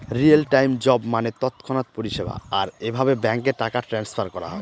real time job মানে তৎক্ষণাৎ পরিষেবা, আর এভাবে ব্যাঙ্কে টাকা ট্রান্সফার করা হয়